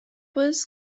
was